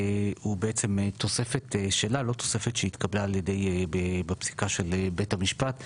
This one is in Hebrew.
הוא בעצם תוספת שלה לא תוספת שהתקבלה על ידי הפסיקה של בית המשפט,